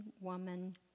woman